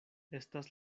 estas